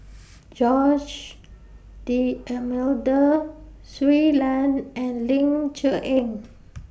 Jose D'almeida Shui Lan and Ling Cher Eng